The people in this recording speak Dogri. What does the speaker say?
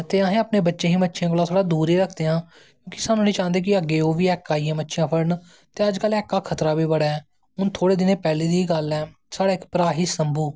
ते अस अपनें बच्चें गी मच्छियें कोला दा दूर ही रखदे हां साह्नू नी चांह्दे कि ओह् ऐका च आईयै मच्छियां फड़न ते अज्ज कल ऐका खतरा बी बड़ा ऐ हून थोह्ड़े दिन पैह्लें दी गै गल्ल ऐ साढ़े इक भ्रा हा शम्भू